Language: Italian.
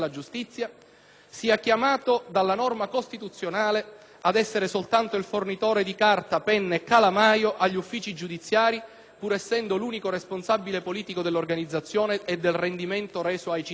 sia chiamato dalla norma costituzionale ad essere soltanto il fornitore di carta, penna e calamaio agli uffici giudiziari, pur essendo l'unico responsabile politico dell'organizzazione e del rendimento del servizio reso ai cittadini.